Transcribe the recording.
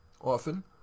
Often